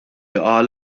qal